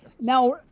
Now